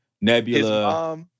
Nebula